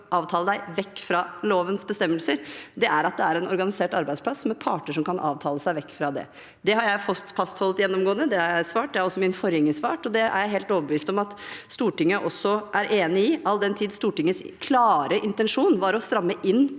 avtale seg vekk fra lovens bestemmelser er at det er en organisert arbeidsplass med parter som kan avtale seg vekk fra det. Det har jeg fastholdt gjennomgående, det har jeg svart, det har min forgjenger svart, og det er jeg helt overbevist om at Stortinget også er enig i, all den tid Stortingets klare intensjon var å stramme inn